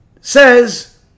says